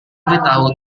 beritahu